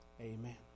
Amen